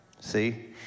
see